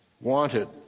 Wanted